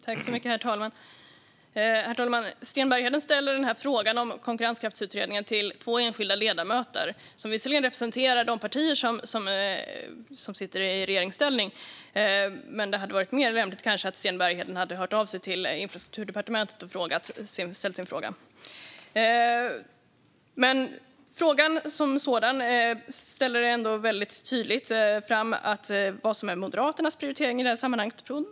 Herr talman! Sten Bergheden ställer frågan om en konkurrenskraftsutredning till två enskilda ledamöter. De representerar visserligen de partier som sitter i regeringsställning. Men det hade kanske varit mer lämpligt om Sten Bergheden hade hört av sig till Infrastrukturdepartementet och ställt sin fråga. Men Sten Berghedens fråga visar ändå tydligt vad som är Moderaternas prioritering i detta sammanhang.